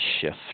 shift